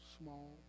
small